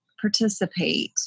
participate